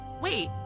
Wait